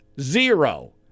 zero